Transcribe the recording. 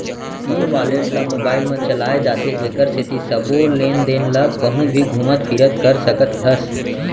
ई wallet ल mobile म चलाए जाथे जेकर सेती सबो लेन देन ल कहूँ भी घुमत फिरत कर सकत हस